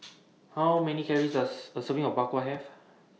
How Many Calories Does A Serving of Bak Kwa Have